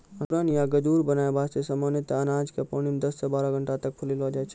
अंकुरण या गजूर बनाय वास्तॅ सामान्यतया अनाज क पानी मॅ दस सॅ बारह घंटा तक फुलैलो जाय छै